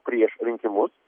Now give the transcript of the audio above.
prieš rinkimus